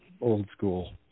old-school